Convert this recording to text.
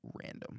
random